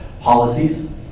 policies